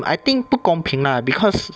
um I think 不公平 lah because